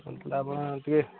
ଶୋଇଥିଲେ ଆପଣ ଟିକେ